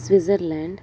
Switzerland